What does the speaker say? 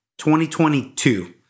2022